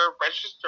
Register